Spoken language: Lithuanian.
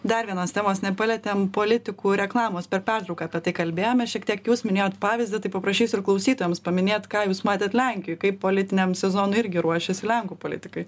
dar vienos temos nepalietėm politikų reklamos per pertrauką apie tai kalbėjome šiek tiek jūs minėjot pavyzdį tai paprašysiu ir klausytojams paminėt ką jūs matėt lenkijoj kaip politiniam sezonui irgi ruošiasi lenkų politikai